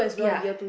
ya